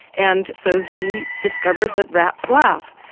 and so he discovered that rats laugh.